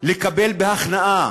לקבל בהכנעה